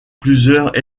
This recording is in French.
plusieurs